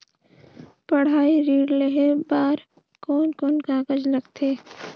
पढ़ाई ऋण लेहे बार कोन कोन कागज लगथे?